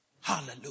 Hallelujah